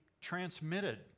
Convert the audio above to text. transmitted